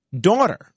daughter